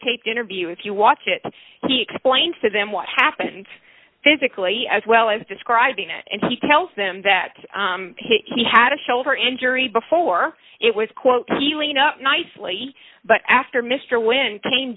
videotaped interview if you watch it he explains to them what happened physically as well as describing it and he tells them that he had a shoulder injury before it was quote healing up nicely but after mr wind came